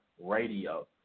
Radio